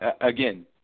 Again